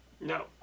No